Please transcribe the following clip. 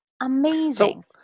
Amazing